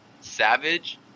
savage